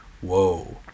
Whoa